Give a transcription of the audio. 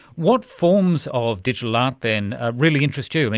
what forms of digital art then really interest you?